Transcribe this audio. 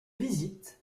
visite